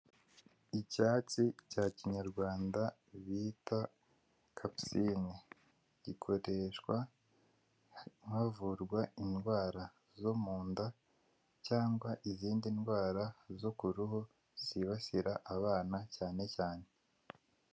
Icyatsi bya kinyarwanda bita capisinine. Gikoreshwa havurwa indwara zo mu nda cyangwa izindi ndwara zo ku ruhu zibasira abana cyane cyane.